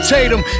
Tatum